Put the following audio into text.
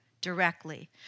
directly